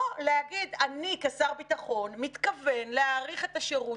או להגיד: אני כשר ביטחון מתכוון להאריך את השירות,